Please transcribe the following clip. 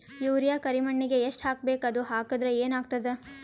Urea ಕರಿಮಣ್ಣಿಗೆ ಎಷ್ಟ್ ಹಾಕ್ಬೇಕ್, ಅದು ಹಾಕದ್ರ ಏನ್ ಆಗ್ತಾದ?